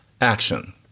action